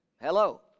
Hello